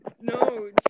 No